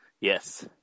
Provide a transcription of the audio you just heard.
Yes